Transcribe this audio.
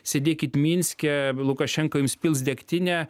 sėdėkit minske lukašenka jums pils degtinę